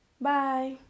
Bye